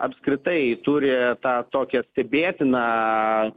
apskritai turi tą tokią stebėtiną